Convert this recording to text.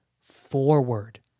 forward